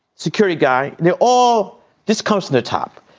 security guy, they're all this comes to the top.